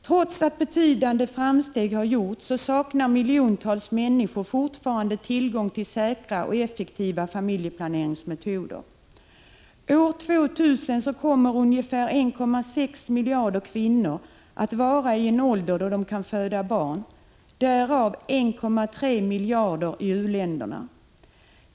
Trots att betydande framsteg har gjorts, saknar miljontals människor fortfarande tillgång till säkra och effektiva familjeplaneringsmetoder. År 2000 kommer ungefär 1,6 miljarder kvinnor att vara i en ålder då de kan föda barn, därav 1,3 miljarder i u-länderna.